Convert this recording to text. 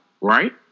right